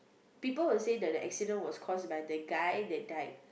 people will say that the accident was caused by the guy that died